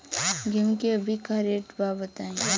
गेहूं के अभी का रेट बा बताई?